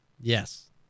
Yes